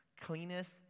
cleanest